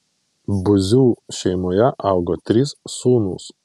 buzių šeimoje augo trys sūnūs